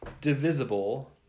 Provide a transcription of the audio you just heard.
divisible